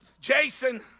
Jason